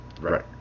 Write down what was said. Right